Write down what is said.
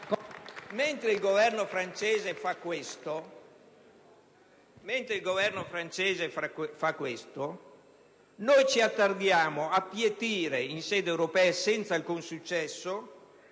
mentre il Governo francese fa questo, noi ci attardiamo a pietire in sede europea, senza alcun successo,